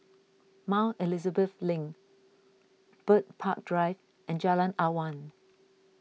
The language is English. Mount Elizabeth Link Bird Park Drive and Jalan Awan